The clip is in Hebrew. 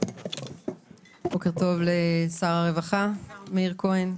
בוקר טוב לשר הרווחה מאיר כהן,